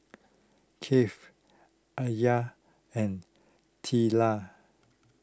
Kaif Aliyah and Twila